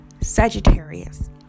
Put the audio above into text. sagittarius